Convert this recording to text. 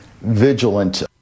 vigilant